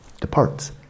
departs